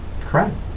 correct